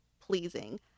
pleasing